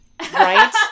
Right